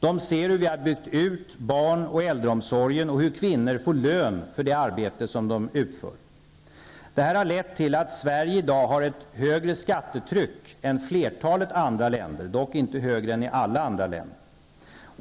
De ser hur vi har byggt ut barn och äldreomsorgen och hur kvinnor får lön för det arbete som de utför. Detta har lett till att Sverige i dag har ett högre skattetryck än flertalet andra länder -- dock inte högre än alla andra länder.